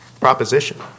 proposition